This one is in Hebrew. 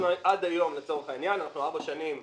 עד היום, אנחנו היום ארבע וחצי שנים